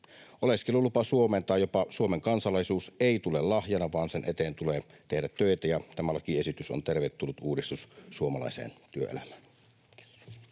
Oleskelulupa Suomeen tai jopa Suomen kansalaisuus ei tule lahjana, vaan sen eteen tulee tehdä töitä. Tämä lakiesitys on tervetullut uudistus suomalaiseen työelämään.